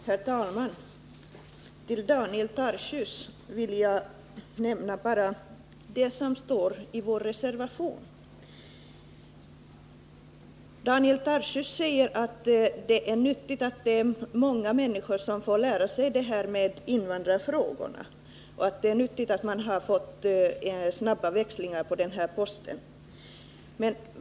Herr talman! Jag vill bara för Daniel Tarschys nämna det som står i vår reservation. Daniel Tarschys säger att det är nyttigt att många människor får lära sig invandrarfrågorna och att det är nyttigt med snabba växlingar på den här statsrådsposten.